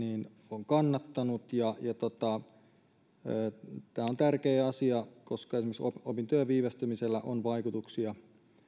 on kannattanut tämä on tärkeä asia koska esimerkiksi opintojen viivästymisellä on vaikutuksia